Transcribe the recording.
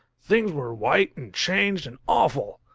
things were white and changed and awful.